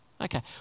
Okay